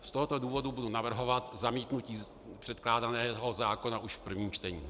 Z tohoto důvodu budu navrhovat zamítnutí předkládaného zákona už v prvním čtení.